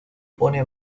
pone